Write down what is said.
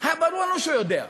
היה ברור לנו שהוא יודע.